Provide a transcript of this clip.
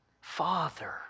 Father